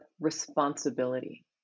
responsibility